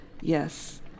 yes